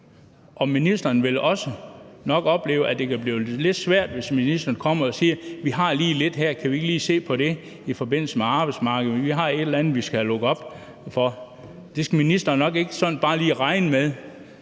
på. Ministeren vil nok også opleve, at det kan blive lidt svært, hvis ministeren kommer og siger: Vi har lige lidt her i forbindelse med arbejdsmarkedet, som vi skal have lukket op for, så kan vi ikke lige se på det? Det skal ministeren nok ikke sådan bare lige regne med